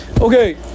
Okay